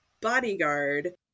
bodyguard